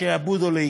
לשעבוד או לעיקול.